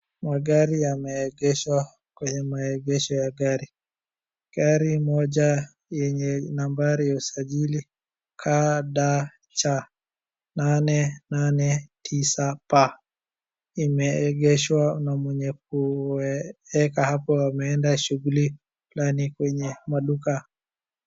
Magari yameegeshwa kwenye maegesho ya gari gari moja yenye nambari ya usajili KDC nane nane tisa P imeegeshwa na mwenye kuweka hapo ameenda shughuli fulani kwenye maduka.